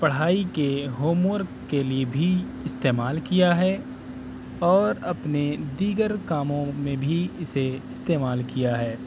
پڑھائی کے homework کے لیے بھی استعمال کیا ہے اور اپنے دیگر کاموں میں بھی اسے استعمال کیا ہے